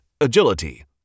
Agility